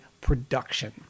production